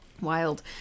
Wild